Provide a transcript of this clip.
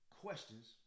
questions